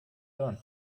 hören